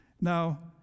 Now